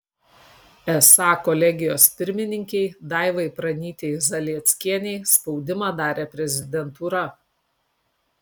esą kolegijos pirmininkei daivai pranytei zalieckienei spaudimą darė prezidentūra